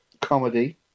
comedy